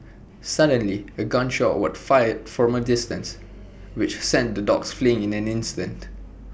suddenly A gun shot was fired from A distance which sent the dogs fleeing in an instant